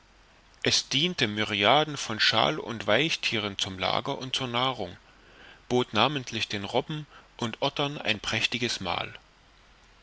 es diente myriaden von schal und weichthieren zum lager und zur nahrung bot namentlich den robben und ottern ein prächtiges mahl